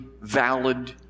valid